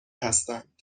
هستند